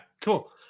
cool